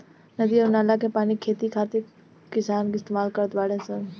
नदी अउर नाला के पानी खेती करे खातिर किसान इस्तमाल करत बाडे सन